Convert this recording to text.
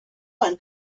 one